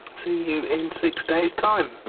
see you in six days time.